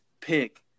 pick